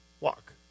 walk